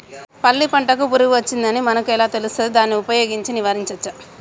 పల్లి పంటకు పురుగు వచ్చిందని మనకు ఎలా తెలుస్తది దాన్ని ఉపయోగించి నివారించవచ్చా?